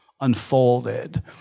unfolded